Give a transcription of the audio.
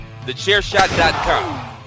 TheChairShot.com